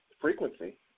frequency